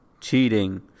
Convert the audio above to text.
cheating